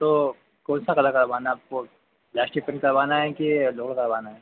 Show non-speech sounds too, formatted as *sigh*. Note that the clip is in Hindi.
तो कौनसा कलर करवाना है आपको प्लास्टिक पेन्ट करवाना है कि *unintelligible* करवाना है